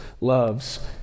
loves